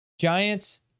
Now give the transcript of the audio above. Giants